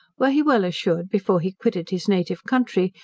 were he well assured before he quitted his native country,